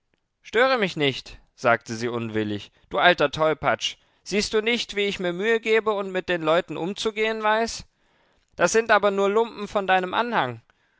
störe mich nicht sagte sie unwillig du alter tolpatsch siehst du nicht wie ich mir mühe gebe und mit den leuten umzugehen weiß das sind aber nur lumpen von deinem anhang